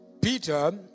Peter